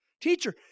teacher